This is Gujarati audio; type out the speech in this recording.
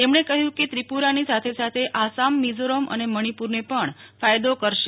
તેમણે કહ્યું કે ત્રિપુરાની સાથે સાથે આસામ મિઝોરમ અને મણિપુરને પણ ફાયદો કરશે